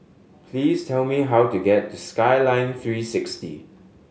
please tell me how to get to Skyline three six D